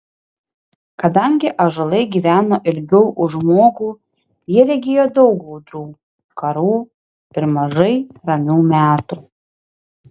kadangi ąžuolai gyveno ilgiau už žmogų jie regėjo daug audrų karų ir mažai ramių metų